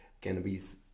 cannabis